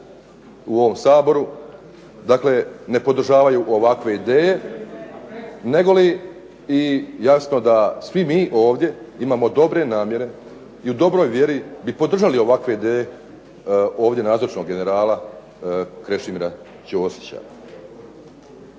u ovom Saboru, dakle ne podržavaju ovakve ideje, negoli da mi svi imamo ovdje dobre namjere i u dobroj vjeri bi podržali ovakve ideje ovdje nazočnog generala Krešimira Ćosića.